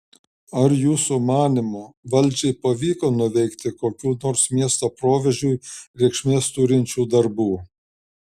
ar jūsų manymu valdžiai pavyko nuveikti kokių nors miesto proveržiui reikšmės turinčių darbų